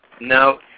No